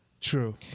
True